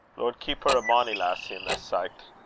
lord, keep her a bonnie lassie in thy sicht,